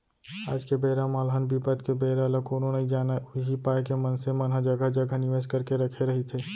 आज के बेरा म अलहन बिपत के बेरा ल कोनो नइ जानय उही पाय के मनसे मन ह जघा जघा निवेस करके रखे रहिथे